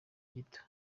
gito